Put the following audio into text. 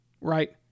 right